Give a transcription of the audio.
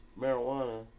marijuana